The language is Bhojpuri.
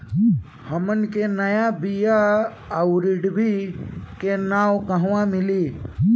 हमन के नया बीया आउरडिभी के नाव कहवा मीली?